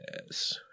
Yes